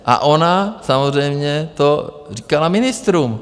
A ona samozřejmě to říkala ministrům.